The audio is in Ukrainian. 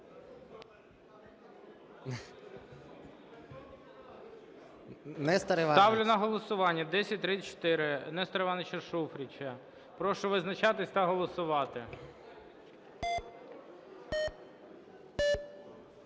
Ставлю на голосування 1041, Нестор Іванович Шуфрич. Прошу визначатись та голосувати.